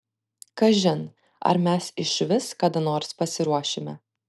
kažin ar mes išvis kada nors pasiruošime